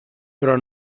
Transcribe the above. però